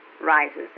rises